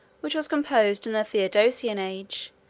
which was composed in the theodosian age,